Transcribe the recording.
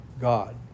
God